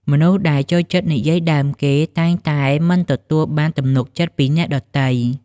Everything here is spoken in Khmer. មនុស្សដែលចូលចិត្តនិយាយដើមគេ តែងតែមិនទទួលបានទំនុកចិត្តពីអ្នកដទៃ។